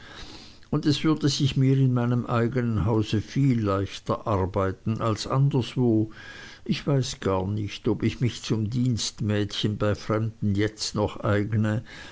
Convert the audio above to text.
und es würde sich mir in meinem eignen haus viel leichter arbeiten als sonstwo ich weiß gar nicht ob ich mich zum dienstmädchen bei fremden jetzt noch eigne